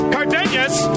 Cardenas